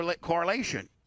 correlation